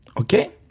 okay